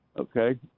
Okay